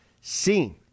seen